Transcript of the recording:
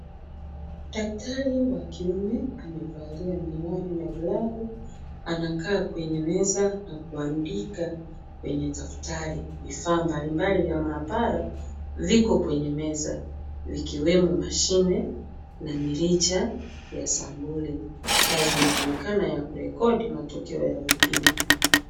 Daktari wa kiume amevalia miwani na glavu anakaa kwenye meza na kuandika kwenye daftari. Vifaa mbalimbali vya maabara viko kwenye meza vikiwemo mashine na mirija ya sampuli. Kazi inaonekana ya kurekodi matokeo ya vipimo.